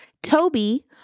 Toby